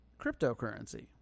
cryptocurrency